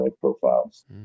profiles